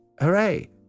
Hooray